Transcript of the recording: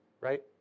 right